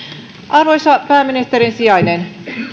arvoisa pääministerin sijainen onko